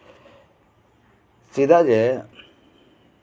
ᱪᱮᱫᱟᱜ ᱡᱮ